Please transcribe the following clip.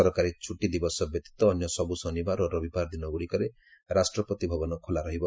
ସରକାରୀ ଛୁଟି ଦିବସ ବ୍ୟତୀତ ଅନ୍ୟ ସବୁ ଶନିବାର ଓ ରବିବାର ଦିନଗୁଡ଼ିକରେ ରାଷ୍ଟ୍ରପତି ଭବନ ଖୋଲାରହିବ